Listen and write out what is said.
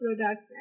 products